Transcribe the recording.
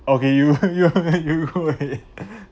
okay you you you go ahead